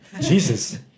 Jesus